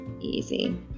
Easy